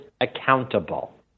accountable